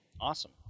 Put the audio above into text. Awesome